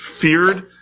feared